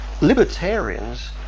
Libertarians